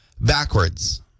backwards